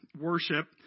worship